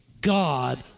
God